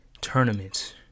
Tournaments